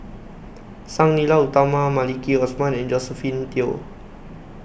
Sang Nila Utama Maliki Osman and Josephine Teo